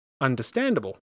understandable